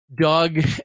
Doug